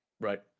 Right